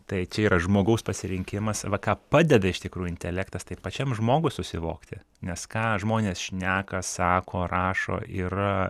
tai čia yra žmogaus pasirinkimas va ką padeda iš tikrųjų intelektas tai pačiam žmogui susivokti nes ką žmonės šneka sako rašo yra